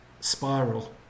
spiral